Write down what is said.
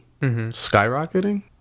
skyrocketing